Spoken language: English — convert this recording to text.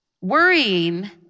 Worrying